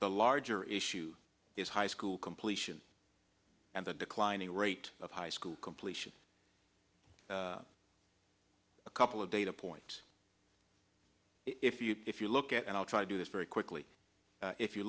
the larger issue is high school completion and the declining rate of high school completion a couple of data points if you if you look at and i'll try to do this very quickly if you